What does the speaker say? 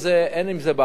מה עם איכות הבנייה?